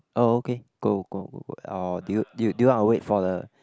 oh okay go go go or do you do you do you are wait for the